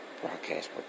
broadcast